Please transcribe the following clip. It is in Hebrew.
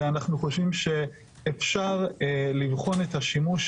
ואנחנו חושבים שאפשר לבחון את השימוש